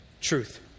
Truth